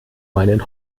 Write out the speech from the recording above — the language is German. meinen